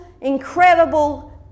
incredible